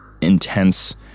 intense